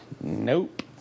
nope